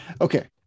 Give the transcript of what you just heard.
okay